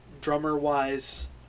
Drummer-wise